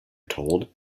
told